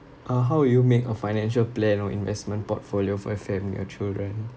uh how will you make a financial plan or investment portfolio for your family or children